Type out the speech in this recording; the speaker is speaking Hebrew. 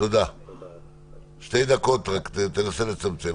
רק תנסה לצמצם.